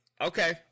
okay